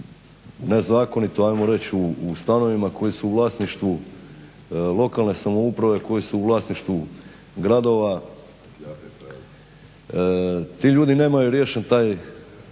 nezakonito u stanovima koji su vlasništvu lokalne samouprave, koji su u vlasništvu gradova. Ti ljudi nemaju riješen taj